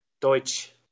Deutsch